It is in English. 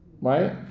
right